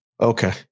Okay